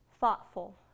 thoughtful